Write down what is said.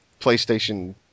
PlayStation